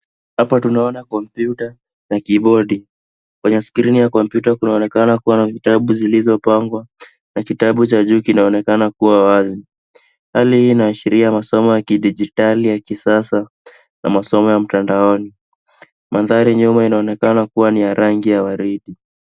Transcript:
Hapa tunaona kompyuta na kibodi, kwenye skrini ya kompyuta kunaonekana kua na vitabu zilizo pangwa na kitabu cha juu kinaonekana kua wazi. Hali hii inaashiria masomo ya kidijitali ya kisasa na masomo ya mtandaoni. Mandhari nyuma yanaonekana kua ya rangi ya waridi.